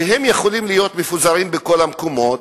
שהם יכולים להיות מפוזרים בכל המקומות,